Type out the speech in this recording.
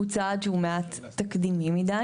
הוא צעד שהוא מעט תקדימי מידי.